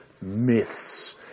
myths